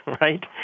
right